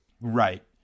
Right